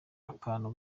akantu